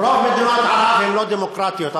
רוב מדינות ערב הן לא דמוקרטיות,